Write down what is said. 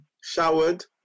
showered